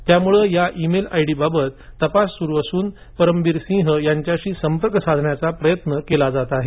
त्यामुळे या email ID बाबत तपास सुरू असून परमबीर सिंग यांच्याशी संपर्क साधण्याचाही प्रयत्न केला जात आहे